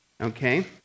Okay